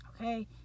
Okay